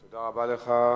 תודה רבה לך.